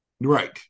Right